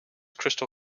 crystal